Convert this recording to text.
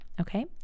Okay